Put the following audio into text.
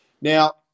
Now